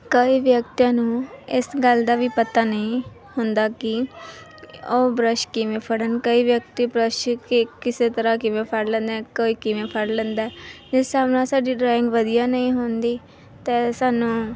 ਕਈ ਵਿਅਕਤੀਆਂ ਨੂੰ ਇਸ ਗੱਲ ਦਾ ਵੀ ਪਤਾ ਨਹੀਂ ਹੁੰਦਾ ਕਿ ਉਹ ਬਰੱਸ਼ ਕਿਵੇਂ ਫੜਨ ਕਈ ਵਿਅਕਤੀ ਬਰੱਸ਼ ਕਿਸੇ ਕਿਸੇ ਤਰ੍ਹਾਂ ਕਿਵੇਂ ਫੜ ਲੈਂਦੇ ਆ ਕੋਈ ਕਿਵੇਂ ਫੜ ਲੈਂਦਾ ਇਸ ਹਿਸਾਬ ਨਾਲ ਸਾਡੀ ਡਰਾਇੰਗ ਵਧੀਆ ਨਹੀਂ ਹੁੰਦੀ ਅਤੇ ਸਾਨੂੰ